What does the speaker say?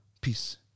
Peace